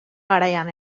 garaian